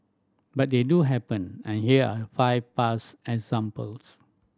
but they do happen and here are five past examples